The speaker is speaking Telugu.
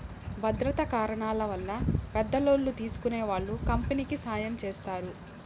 భద్రతా కారణాల వల్ల పెద్ద లోన్లు తీసుకునే వాళ్ళు కంపెనీకి సాయం చేస్తారు